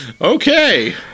Okay